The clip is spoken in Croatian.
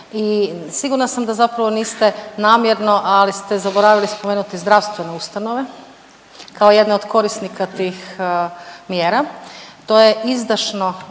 i sigurna sam da zapravo niste namjerno, ali ste zaboravili spomenuti zdravstvene ustanove kao jedne od korisnika tih mjera. To je izdašno